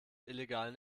illegalen